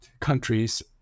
countries